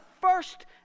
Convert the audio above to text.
first